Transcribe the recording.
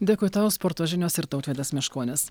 dėkui tau sporto žinios ir tautvydas meškonis